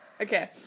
Okay